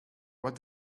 what